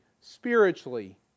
spiritually